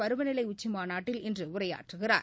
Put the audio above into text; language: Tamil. பருவநிலை உச்சி மாநாட்டில் உரையாற்றுகிறார்